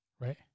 Right